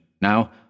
Now